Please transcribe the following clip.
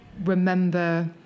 remember